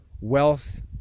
wealth